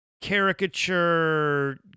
caricature